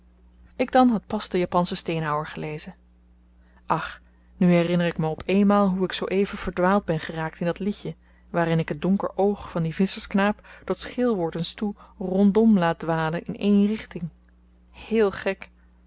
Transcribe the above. ik dan had pas de japansche steenhouwer gelezen ach nu herinner ik my op eenmaal hoe ik zoo-even verdwaald ben geraakt in dat liedje waarin ik t donker oog van dien visschersknaap tot scheelwordens toe rond om laat dwalen in één richting heel gek